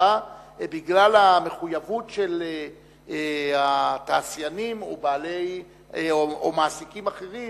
בגלל המחויבות של התעשיינים או מעסיקים אחרים